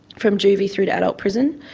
from juvie through to adult prison.